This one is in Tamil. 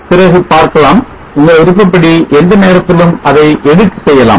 பிறகு பார்க்கலாம் உங்கள் விருப்பப்படி எந்த நேரத்திலும் அதை எடிட் செய்யலாம்